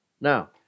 Now